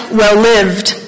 well-lived